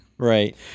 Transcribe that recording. Right